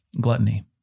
Gluttony